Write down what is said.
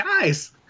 guys